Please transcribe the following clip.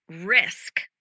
risk